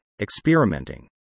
experimenting